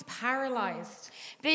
paralyzed